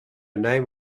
name